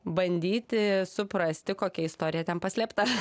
bandyti suprasti kokia istorija ten paslėpta